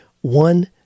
one